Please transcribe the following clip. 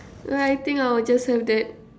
alright I think I'll just have that